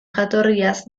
jatorriaz